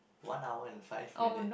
one hour and five minute